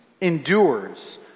endures